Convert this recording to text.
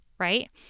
right